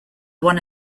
one